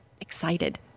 excited